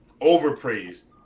overpraised